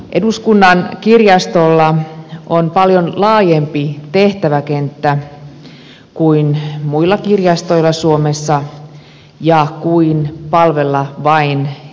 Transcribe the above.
eduskunnan kirjastolla on paljon laajempi tehtäväkenttä kuin muilla kirjastoilla suomessa ja kuin palvella vain eduskuntaa